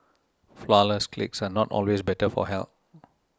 Flourless Cakes are not always better for health